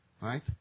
Right